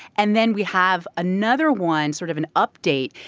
and then we have another one, sort of an update,